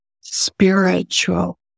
spiritual